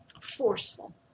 forceful